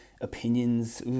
opinions